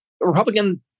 Republican